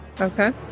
okay